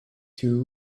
too